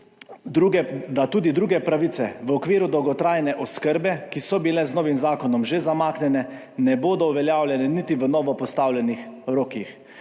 da tudi druge pravice v okviru dolgotrajne oskrbe, ki so bile z novim zakonom že zamaknjene, ne bodo uveljavljene niti v novo postavljenih rokih,